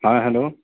ہاں ہیلو